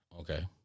Okay